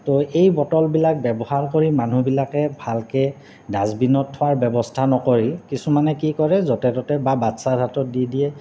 তো এই বটলবিলাক ব্যৱহাৰ কৰি মানুহবিলাকে ভালকৈ ডাষ্টবিনত থোৱাৰ ব্যৱস্থা নকৰি কিছুমানে কি কৰে য'তে ত'তে বা বাচ্ছাৰ হাতত দি দিয়ে